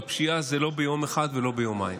בפשיעה זה לא ביום אחד ולא ביומיים.